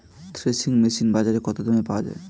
Threshing machine বাজারে কত দামে পাওয়া যায়?